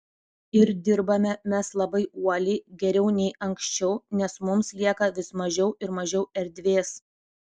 ir dirbame mes labai uoliai geriau nei anksčiau nes mums lieka vis mažiau ir mažiau erdvės